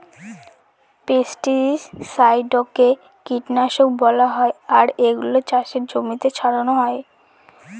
পেস্টিসাইডকে কীটনাশক বলা হয় আর এগুলা চাষের জমিতে ছড়ানো হয়